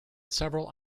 several